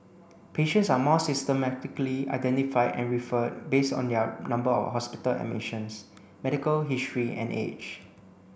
patients are more systematically identified and referred based on their number of hospital admissions medical history and age